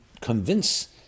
convince